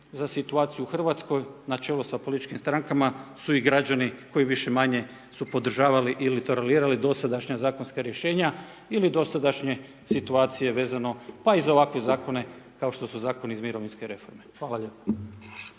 za situaciju u Hrvatskoj na čelu sa političkim strankama su i građani koji više-manje su podržavali ili tolerirali dosadašnja zakonska rješenja ili dosadašnje situacije vezano pa i za ovakve zakone kao što su zakoni iz mirovinske reforme. Hvala lijepo.